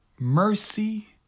Mercy